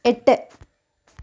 എട്ട്